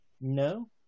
No